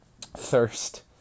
thirst